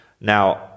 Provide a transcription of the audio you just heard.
Now